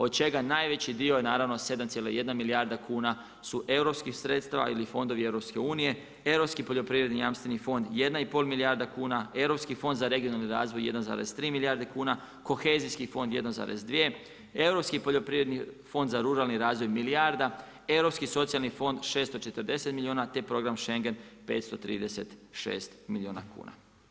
Od čega najveći dio je naravno 7,1 milijarda kuna su iz europskih sredstava ili fondovi EU, europski poljoprivredni jamstveni fond 1,5 milijarda kuna, Europski fond za regionalni razvoj 1,3 milijarde kuna, Kohezijski fond 1,2, Europski poljoprivredni fond za ruralni razvoj milijarda, Europski socijalni fond 640 milijuna te Program Schengen 536 milijuna kuna.